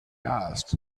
asked